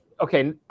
okay